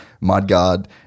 mudguard